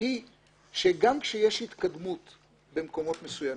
היא שגם כשיש התקדמות במקומות מסוימים,